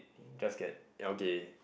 just get algae